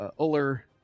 Uller